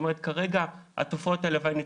כרגע תופעות הלוואי ---,